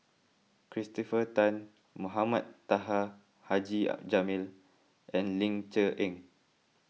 Christopher Tan Mohamed Taha Haji Jamil and Ling Cher Eng